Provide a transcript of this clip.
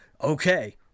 Okay